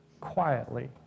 quietly